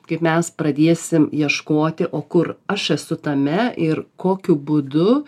kaip mes pradėsim ieškoti o kur aš esu tame ir kokiu būdu